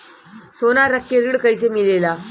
सोना रख के ऋण कैसे मिलेला?